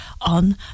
on